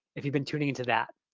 if you've been tuning into that.